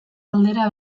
aldera